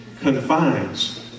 confines